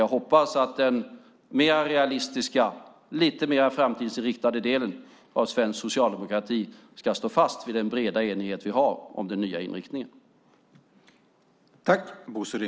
Jag hoppas dock att den mer realistiska och lite mer framtidsinriktade delen av svensk socialdemokrati ska stå fast vid den breda enighet vi har om den nya inriktningen.